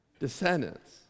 descendants